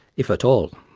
if at all.